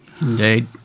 Indeed